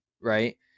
right